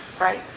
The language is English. right